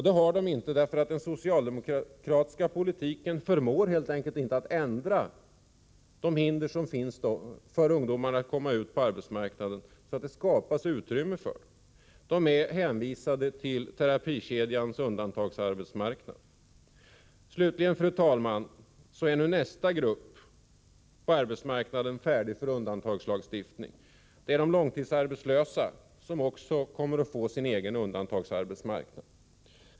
Det har de inte därför att den socialdemokratiska politiken helt enkelt inte förmår undanröja de hinder som finns för ungdomar att komma ut på arbetsmarknaden, så att det skapas utrymme för dem. De är hänvisade till terapikedjans undantagsarbetsmarknad. Slutligen, fru talman, är nu nästa grupp på arbetsmarknaden färdig för undantagslagstiftning. Det är de långtidsarbetslösa, som också kommer att få sin egen undantagsarbetsmarknad.